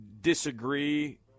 disagree